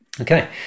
Okay